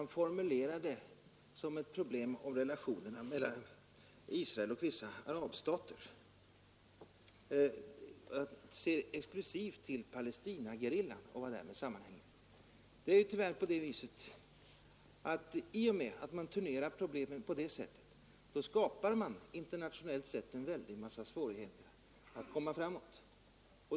Han formulerar det som ett problem om relationerna mellan Israel och vissa arabstater och ser exklusivt till Palestinagerillan och vad därmed sammanhänger. Det är tyvärr så att man i och med att man turnerar problemen på det sättet internationellt skapar en mängd svårigheter att komma framåt.